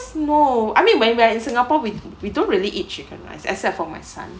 small I mean when we're in singapore we we don't really eat chicken rice except for my son